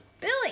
Billy